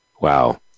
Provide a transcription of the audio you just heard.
wow